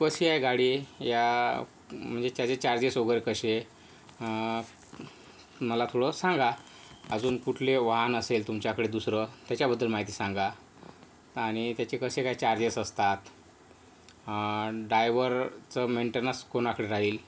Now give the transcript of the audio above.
कशी आहे गाडी या म्हणजे त्याचे चार्जेस वगैरे कसे मला थोडं सांगा अजून कुठले वाहन असेल तुमच्याकडे दुसरं त्याच्याबद्दल माहिती सांगा आणि त्याचे कसे काय चार्जेस असतात डायव्हरचं मेंटेनन्स कोणाकडं राहील